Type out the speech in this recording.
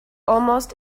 almost